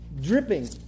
dripping